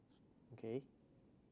okay